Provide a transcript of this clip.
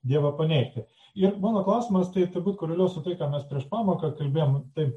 dievą paneigti ir mano klausimas tai turbūt koreliuos su tai ką mes prieš pamoką kalbėjom tai